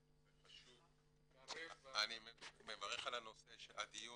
אני מברך על נושא הדיון.